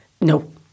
No